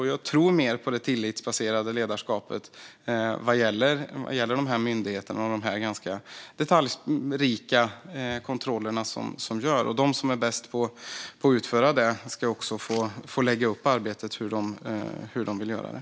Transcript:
Men jag tror mer på det tillitsbaserade ledarskapet vad gäller dessa myndigheter och dessa ganska detaljrika kontroller som görs. Och de som är bäst på att utföra detta ska också få lägga upp arbetet på det sätt som de vill göra det.